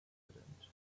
president